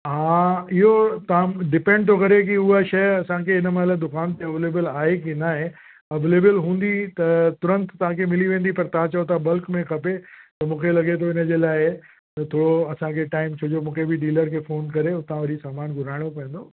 हा इहो तव्हां डिपेंड थो करे की उहा शइ असांखे हिन महिल दुकान ते अवेलेबिल आहे की न आहे अवेलेबिल हूंदी त तुरंत तव्हांखे मिली वेंदी पर तव्हां चओ था बल्क में खपे त मूंखे लॻे थो इन जे लाइ त थोरो असांखे टाइम छो जो मूंखे बि डीलर खे फ़ोन करे हुतां वरी सामानु घुराइणो पवंदो